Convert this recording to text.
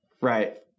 Right